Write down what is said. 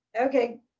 Okay